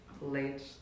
late